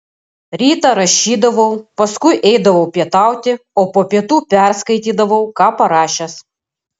rytą rašydavau paskui eidavau pietauti o po pietų perskaitydavau ką parašęs